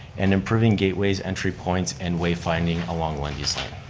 and improving gateways, entry points and way finding along lundy's lane.